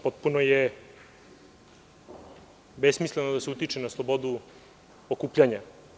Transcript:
Potpuno je besmisleno da se utiče na slobodu okupljanja.